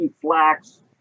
flax